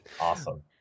Awesome